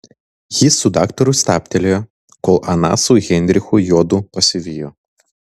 jis su daktaru stabtelėjo kol ana su heinrichu juodu pasivijo